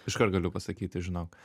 iškart galiu pasakyti žinok